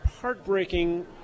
heartbreaking